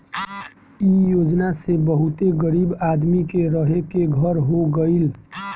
इ योजना से बहुते गरीब आदमी के रहे के घर हो गइल